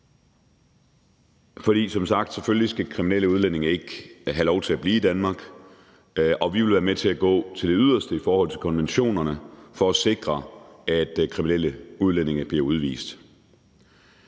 For som sagt skal kriminelle udlændinge selvfølgelig ikke have lov til at blive i Danmark, og vi vil være med til at gå til det yderste i forhold til konventionerne for at sikre, at kriminelle udlændinge bliver udvist.